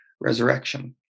resurrection